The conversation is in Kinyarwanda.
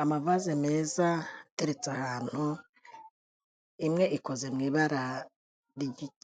Amavase meza ateretse ahantu, imwe ikoze mu ibara